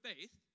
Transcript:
faith